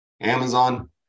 amazon